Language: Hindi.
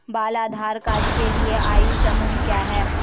बाल आधार कार्ड के लिए आयु समूह क्या है?